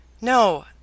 no